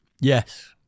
Yes